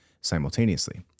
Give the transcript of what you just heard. simultaneously